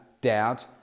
doubt